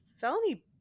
felony